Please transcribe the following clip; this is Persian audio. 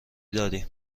داریم